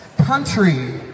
Country